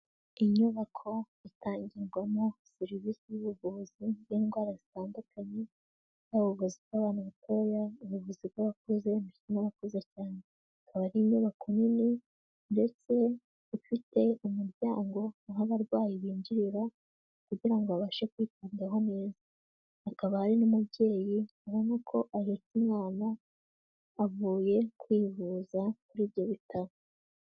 Inyubako itangirwamo serivisi y'ubuvuzi bw'indwara zitandukanye, nk'ubuguzi bw'abantu batoya, ubuyobozi bw'abakuzi, ndetsen'abakuze cyane. Akaba ari inyubako nini ndetse ifite umuryango aho abarwayi binjirira kugira ngo babashe kwitabwaho neza, hakaba hari n'umubyeyi ubona ko ahetse umwana avuye kwivuza kuri ibyo bitaboro.